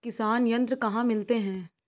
किसान यंत्र कहाँ मिलते हैं?